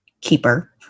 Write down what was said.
Keeper